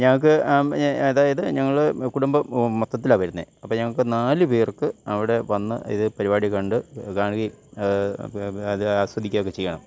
ഞങ്ങൾക്ക് അതായത് ഞങ്ങൾ കുടുംബം മൊത്തത്തിലാ വരുന്നത് അപ്പം ഞങ്ങൾക്ക് നാല് പേർക്ക് അവിടെ വന്ന് ഇത് പരിപാടി കണ്ട് കാണുകയും അപ്പം അപ്പം അത് ആസ്വദിക്കുകയും ഒക്കെ ചെയ്യണം